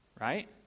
Right